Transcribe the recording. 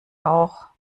auch